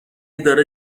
داره